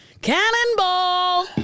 Cannonball